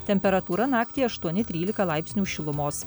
temperatūra naktį aštuoni trylika laipsnių šilumos